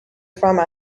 from